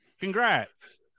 congrats